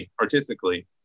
artistically